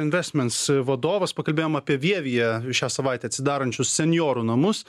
investments vadovas pakalbėjom apie vievyje šią savaitę atsidarančius senjorų namus